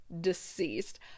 Deceased